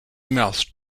mouth